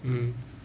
mm